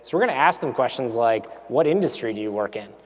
so we're gonna ask them questions like, what industry do you work in?